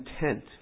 intent